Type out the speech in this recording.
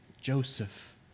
Joseph